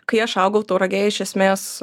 kai aš augau tauragėj iš esmės